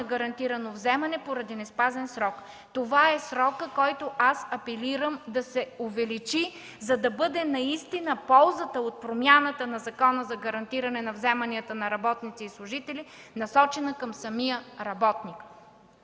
гарантирано вземане поради неспазен срок. Това е срокът, който аз апелирам да се увеличи, за да бъде ползата от промяната на Закона за гарантиране на вземанията на работници и служители насочена наистина към самия работник.